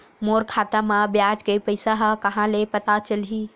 मोर खाता म ब्याज के पईसा ह कहां ले पता चलही?